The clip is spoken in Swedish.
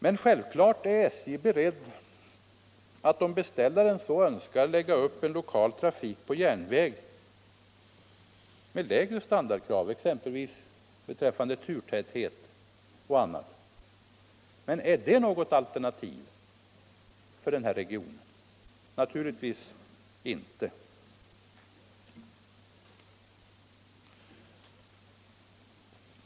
Men självklart är man inom SJ beredd att, om beställaren så önskar, lägga upp en lokal trafik på järnväg som motsvarar lägre standardkrav, exempelvis beträffande turtäthet. Men är det något alternativ för denna region? Naturligtvis inte.